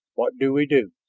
what do we do?